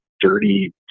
dirty